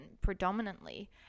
predominantly